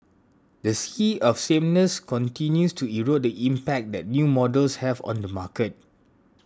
the sea of sameness continues to erode the impact that new models have on the market